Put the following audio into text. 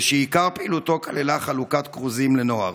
ושעיקר פעילותו כללה חלוקת כרוזים לנוער.